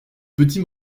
petits